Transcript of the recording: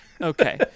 Okay